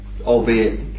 albeit